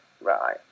right